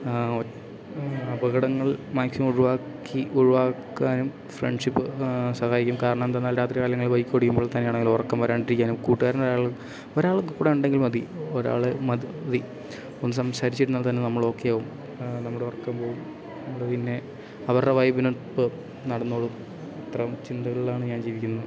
അപകടങ്ങൾ മാക്സിമം ഒഴിവാക്കി ഒഴിവാക്കാനും ഫ്രണ്ട്ഷിപ്പ് സഹായിക്കും കാരണം എന്തെന്നാൽ രാത്രി കാലങ്ങളിൽ ബൈക്കോടിക്കുമ്പോൾ തന്നെ ആണെങ്കിൽ ഉറക്കം വരാണ്ടിരിക്കാനും കൂട്ടുകാരൻ ഒരാൾ ഒരാൾ കൂടെ ഉണ്ടെങ്കിൽ മതി ഒരാൾ മതി മതി ഒന്ന് സംസാരിച്ചിരുന്നാൽ തന്നെ നമ്മൾ ഓക്കെയാവും നമ്മുടെ ഉറക്കം പോവും അത് പിന്നെ അവരുടെ വൈബിനൊത്ത് നടന്നോളും ഇത്തരം ചിന്തകളിലാണ് ഞാൻ ജീവിക്കുന്നത്